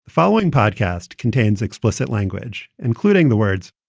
following podcast contains explicit language, including the words,